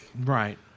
Right